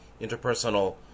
interpersonal